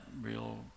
real